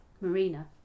Marina